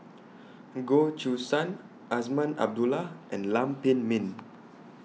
Goh Choo San Azman Abdullah and Lam Pin Min